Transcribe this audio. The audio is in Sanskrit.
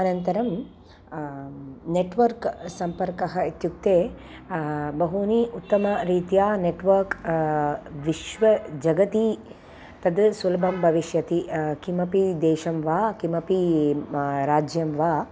अनन्तरं नेट्वर्क् संपर्कः इत्युक्ते बहूनि उत्तमरीत्या नेट्वर्क् विश्वे जगति तद् सुलभं भविष्यति किमपि देशं वा किमपि म राज्यं वा